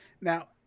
Now